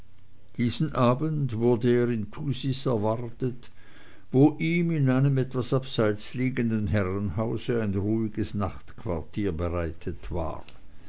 diesen abend wurde er in thusis erwartet wo ihm in einem etwas abseits liegenden herrenhause ein ruhiges nachtquartier bereitet war